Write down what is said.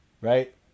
right